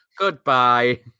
Goodbye